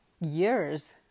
years